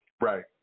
Right